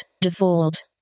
Default